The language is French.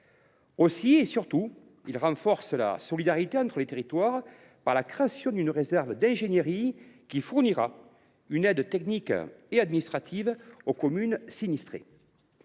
Aussi et surtout, il renforce la solidarité entre les territoires par la création d’une réserve d’ingénierie qui fournira une aide technique et administrative aux communes sinistrées.